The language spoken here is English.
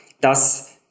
dass